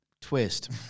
Twist